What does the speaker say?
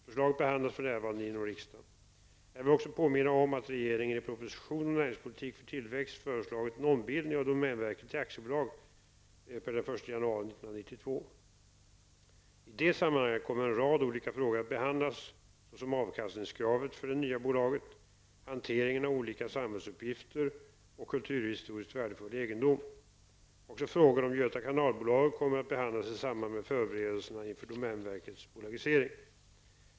Förslaget behandlas för närvarande inom riksdagen. Jag vill också påminna om att regeringen i propositionen om näringspolitik för tillväxt föreslagit en ombildning av domänverket till aktiebolag per den 1 januari 1992. I det sammanhanget kommer en rad olika frågor att behandlas såsom avkastningskravet för det nya bolaget, hanteringen av olika samhällsuppgifter och kulturhistoriskt värdefull egendom. Också frågor om Göta kanalbolaget kommer att behandlas i samband med förberedelserna inför domänverkets bolagisering.